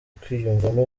kwiyumvamo